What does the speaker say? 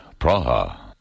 Praha